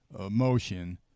motion